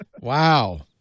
Wow